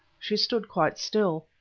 she stood quite still.